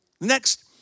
Next